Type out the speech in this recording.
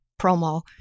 promo